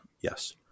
yes